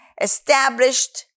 Established